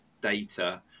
data